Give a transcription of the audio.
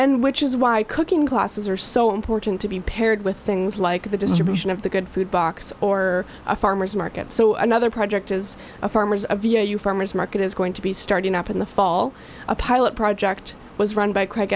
place which is why cooking classes are so important to be paired with things like the distribution of the good food box or a farmer's market so another project is a farmers of year you farmer's market is going to be starting up in the fall a pilot project was run by